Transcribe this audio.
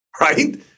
right